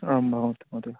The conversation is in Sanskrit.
आं भवतु महोदय